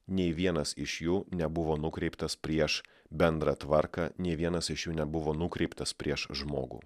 nei vienas iš jų nebuvo nukreiptas prieš bendrą tvarką nei vienas iš jų nebuvo nukreiptas prieš žmogų